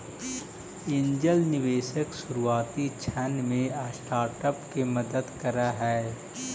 angel निवेशक शुरुआती क्षण में स्टार्टअप के मदद करऽ हइ